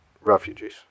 refugees